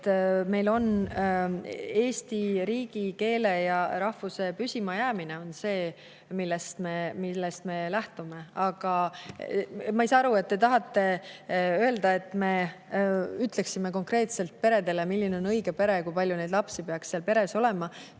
riigi, eesti keele ja rahvuse püsimajäämine on see, millest me lähtume. Aga ma ei saa aru. Te tahate, et me ütleksime konkreetselt peredele, milline on õige pere ja kui palju lapsi peaks peres olema.